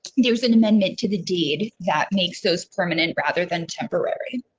there was an amendment to the deed that makes those permanent rather than temporary.